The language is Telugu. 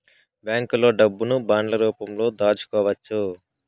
బ్యాంకులో డబ్బును బాండ్ల రూపంలో దాచుకోవచ్చు